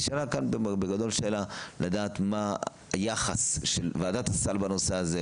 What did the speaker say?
נשאלה כאן בגדול שאלה לדעת מה היחס של וועדת הסל בנושא הזה,